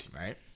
Right